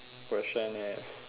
question is